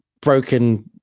broken